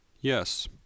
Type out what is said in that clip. Yes